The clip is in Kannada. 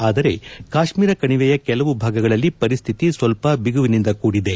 ಆದರೆ ಕಾಶ್ಮೀರ ಕಣಿವೆಯ ಕೆಲವು ಭಾಗಗಳಲ್ಲಿ ಪರಿಸ್ಥಿತಿ ಸ್ವಲ್ಪ ಬಿಗುವಿನಿಂದ ಕೂಡಿದೆ